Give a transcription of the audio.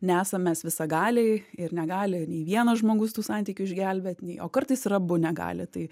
nesam mes visagaliai ir negali nei vienas žmogus tų santykių išgelbėt o kartais ir abu negali tai